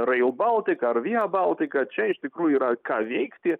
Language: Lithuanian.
reil baltika ar via baltika čia iš tikrųjų yra ką veikti